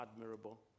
admirable